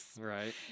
Right